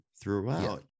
throughout